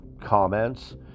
comments